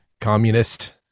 communist